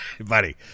buddy